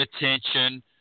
attention